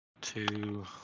two